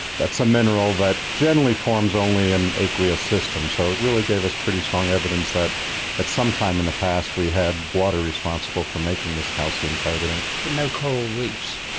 that's a mineral that generally forms only in aqueous systems, so it really gave us pretty strong evidence that at some time in the past we had water responsible for making this calcium carbonate. but no coral reefs?